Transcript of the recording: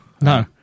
No